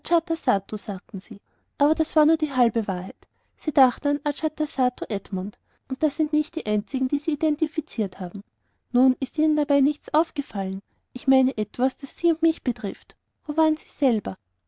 sagten sie aber das war nur die halbe wahrheit sie dachten an ajatasattu edmund und das sind nicht die einzigen die sie identifiziert haben nun ist ihnen dabei nichts aufgefallen ich meine etwas das sie und mich betrifft wo waren sie selber